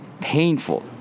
painful